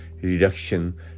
reduction